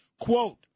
Quote